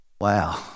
Wow